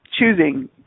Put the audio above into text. choosing